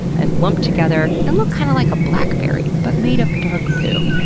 and lumped together, and look kind of like a blackberry, but made of dark poo.